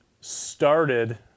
started